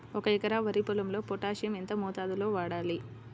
ఒక ఎకరా వరి పొలంలో పోటాషియం ఎంత మోతాదులో వాడాలి?